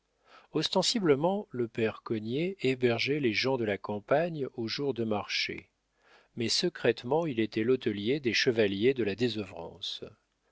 ostensiblement le père cognet hébergeait les gens de la campagne aux jours de marché mais secrètement il était l'hôtelier des chevaliers de la désœuvrance